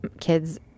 kids